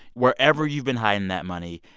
wherever you've been hiding that money,